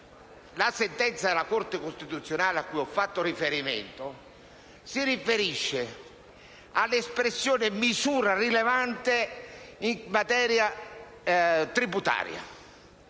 La sentenza della Corte costituzionale cui ho fatto riferimento si riferisce all'espressione «misura rilevante» in materia tributaria.